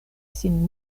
sin